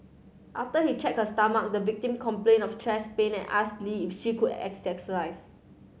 after he checked her stomach the victim complained of chest pain and asked Lee if she could still exercise